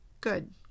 Good